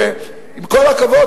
שעם כל הכבוד,